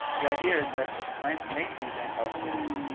the idea is that plants make these antioxidants,